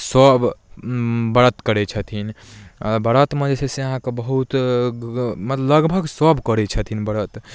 सभ व्रत करै छथिन व्रतमे जे छै से अहाँके बहुत लगभग सभ करै छथिन व्रत